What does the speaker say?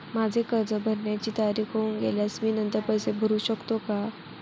माझे कर्ज भरण्याची तारीख होऊन गेल्यास मी नंतर पैसे भरू शकतो का?